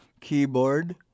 Keyboard